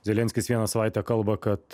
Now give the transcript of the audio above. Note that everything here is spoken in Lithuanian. zelenskis vieną savaitę kalba kad